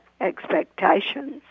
expectations